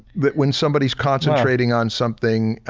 that when somebody's concentrating on something,